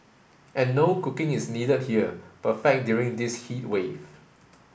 and no cooking is needed here perfect during this heat wave